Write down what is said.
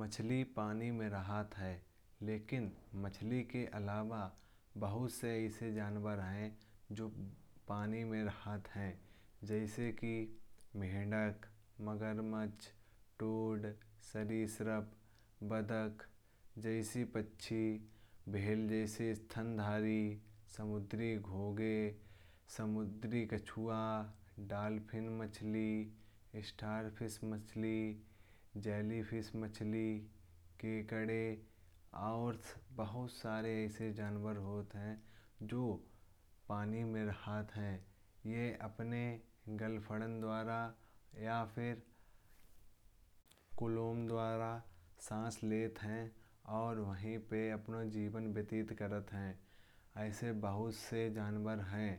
मछली पानी में राहत है। लेकिन मछली के अलावा बहुत से ऐसे जानवर हैं जो पानी में राहत पाते हैं। जैसे कि मेंढक, मगरमच्छ, टोड, सरिसृप, बत्तख जैसे पक्षी ब्हेल जैसे स्तनधारी। समुद्री गोग, समुद्री कछुआ, डॉल्फिन, मछली, स्टार फिश, जेलीफिश। केकड़े और बहुत सारे ऐसे जानवर होते हैं जो पानी में राहत हैं। ये अपने गलफड़े द्वार या फिर कोलम्बिया द्वारा सांस लेते हैं। और वहीं अपना जीवन व्यतीत करते हैं। ऐसे बहुत से जानवर हैं